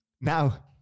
Now